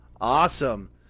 Awesome